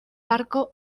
barco